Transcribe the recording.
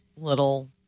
little